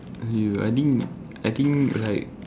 I think I think like